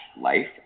life